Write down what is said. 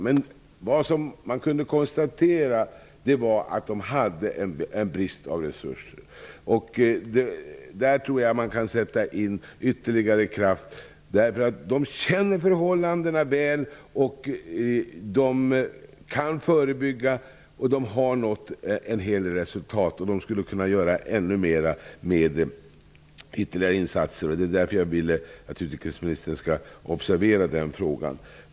Man kunde dock konstatera att de har brist på resurser. Där tror jag att det kan sättas in ytterligare krafter. De känner förhållandena väl. De kan arbeta förebyggande, och de har nått en hel del resultat. De skulle kunna göra ännu mera med ytterligare insatser. Det är därför jag vill att utrikesministern skall observera den frågan.